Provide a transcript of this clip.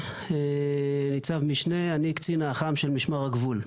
אני קצין האח"מ של משמר הגבול.